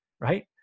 right